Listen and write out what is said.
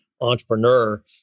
entrepreneur